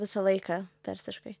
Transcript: visą laiką persiškai